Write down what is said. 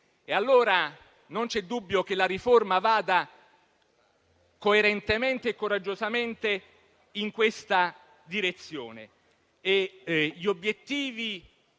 E allora non c'è dubbio che la riforma vada coerentemente e coraggiosamente in questa direzione